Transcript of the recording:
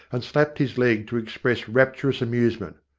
and slapped his leg to express rapturous amusement.